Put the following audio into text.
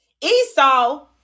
Esau